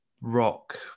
rock